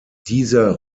dieser